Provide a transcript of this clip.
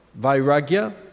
vairagya